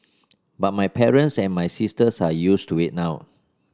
but my parents and my sisters are used to it now